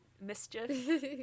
mischief